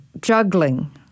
juggling